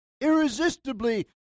irresistibly